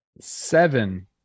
Seven